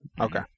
Okay